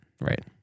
right